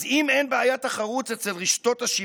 אז אם אין בעיית תחרות ברשתות השיווק,